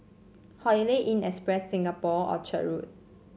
Holiday Inn Express Singapore Orchard Road